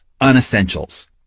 unessentials